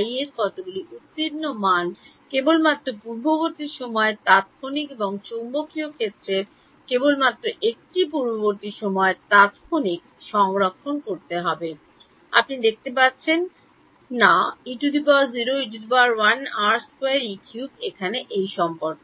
Ei এর কতগুলি উত্তীর্ণ মানগুলি কেবলমাত্র পূর্ববর্তী সময়ের তাত্ক্ষণিক এবং চৌম্বকীয় ক্ষেত্রের কেবলমাত্র একটি পূর্ববর্তী সময়ের তাত্ক্ষণিক সংরক্ষণ করতে হবে আপনি দেখতে পাচ্ছেন না E0 E1 R2 E3 এখানে এই সম্পর্কে